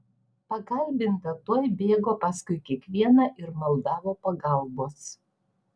pakalbinta tuoj bėgo paskui kiekvieną ir maldavo pagalbos